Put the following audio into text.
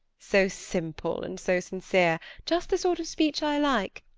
so simple and so sincere! just the sort of speech i like.